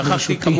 שכחתי,